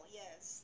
yes